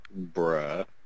Bruh